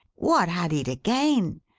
what had he to gain?